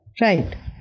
Right